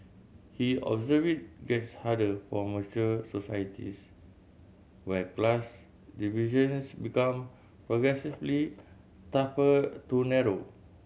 he observed it gets harder for mature societies where class divisions become progressively tougher to narrow